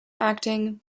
acting